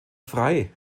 frei